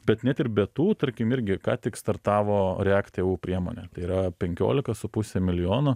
bet net ir be tų tarkim irgi ką tik startavo reaktyvu priemonė yra penkiolika su puse milijono